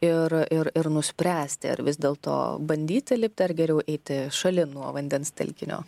ir ir ir nuspręsti ar vis dėlto bandyti lipti ar geriau eiti šalin nuo vandens telkinio